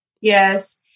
Yes